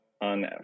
on